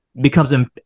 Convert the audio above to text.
becomes